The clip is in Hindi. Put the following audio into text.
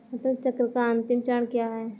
फसल चक्र का अंतिम चरण क्या है?